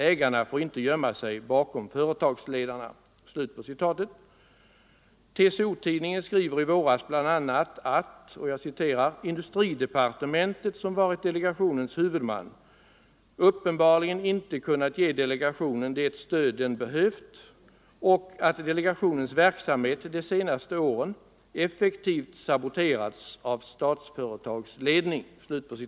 Ägarna får inte gömma sig bakom företagsledarna.” TCO-tidningen skrev i våras bl.a. ”att industridepartementet som varit delegations huvudman uppenbarligen inte kunnat ge delegationen det stöd den behövt och att delegationens verksamhet de senaste åren effektivt saboterats av Statsföretags ledning”.